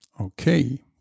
Okay